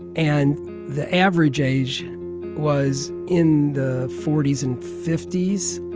and the average age was in the forty s and fifty s.